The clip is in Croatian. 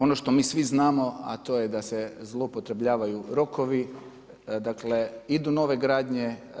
Ono što mi svi znamo, a to je da se zloupotrebljavaju rokovi, dakle idu nove gradnje.